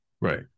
Right